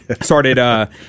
started